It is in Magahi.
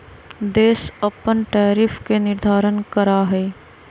देश अपन टैरिफ के निर्धारण करा हई